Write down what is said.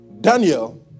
Daniel